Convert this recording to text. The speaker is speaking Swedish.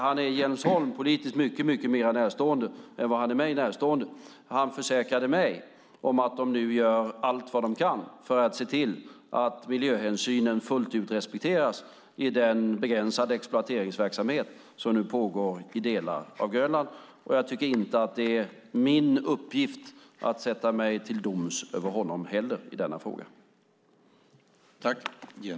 Han är Jens Holm politiskt mycket mer närstående än mig, och han försäkrade mig att de nu gör allt vad de kan för att miljöhänsynen fullt ut ska respekteras i den begränsade exploateringsverksamhet som pågår i delar av Grönland. Jag tycker inte att det är min uppgift att sätta mig till doms över honom heller i den här frågan.